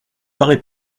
paraît